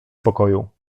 pokoju